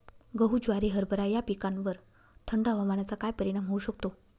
गहू, ज्वारी, हरभरा या पिकांवर थंड हवामानाचा काय परिणाम होऊ शकतो?